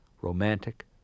romantic